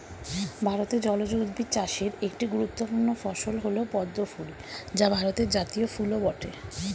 ভারতে জলজ উদ্ভিদ চাষের একটি গুরুত্বপূর্ণ ফসল হল পদ্ম ফুল যা ভারতের জাতীয় ফুলও বটে